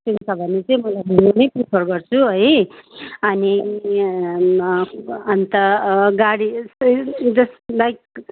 छ भने चाहिँ मलाई हिँड्ने नै प्रिफर गर्छु है अनि अन्त गाडी जस्ट लाइक